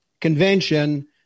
convention